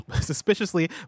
suspiciously